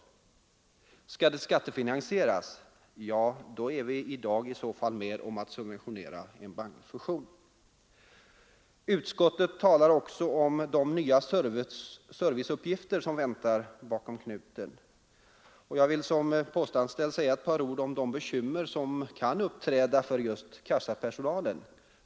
Skall man i stället skattefinansiera — ja, då har vi i dag varit med om att subventionera en bankfusion. Utskottet talar om att det är nya serviceuppgifter som väntar bakom knuten. Jag vill som postanställd säga ett par ord om de bekymmer som kan uppträda för kassapersonalen.